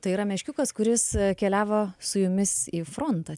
tai yra meškiukas kuris keliavo su jumis į frontą